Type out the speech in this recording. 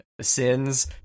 sins